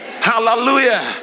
hallelujah